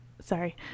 Sorry